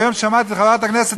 והיום שמעתי את חברת הכנסת,